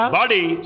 body